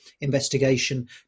investigation